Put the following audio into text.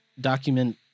document